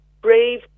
brave